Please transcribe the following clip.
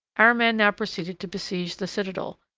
our men now proceeded to besiege the citadel,